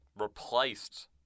Replaced